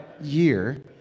year